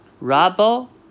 Rubble